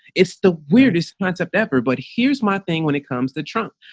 it's the weirdest concept ever, but here's my thing when it comes to trump,